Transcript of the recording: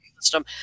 system